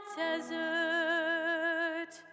desert